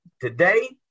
today